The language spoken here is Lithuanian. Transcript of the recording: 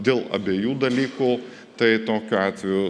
dėl abiejų dalykų tai tokiu atveju